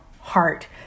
heart